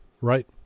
Right